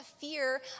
fear